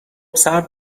صبر